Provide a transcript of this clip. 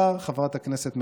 חברת הכנסת קארין אלהרר,